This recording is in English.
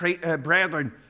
brethren